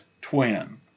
twin